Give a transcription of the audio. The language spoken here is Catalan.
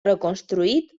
reconstruït